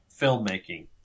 filmmaking